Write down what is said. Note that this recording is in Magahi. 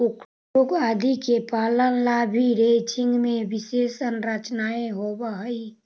कुक्कुट आदि के पालन ला भी रैंचिंग में विशेष संरचनाएं होवअ हई